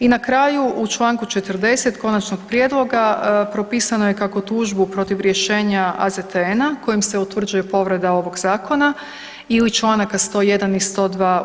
I na kraju, u čl. 40. konačnog prijedloga propisano je kako tužbu protiv rješenja AZTN-a kojom se utvrđuje povreda ovog zakona ili čl. 101. i 102.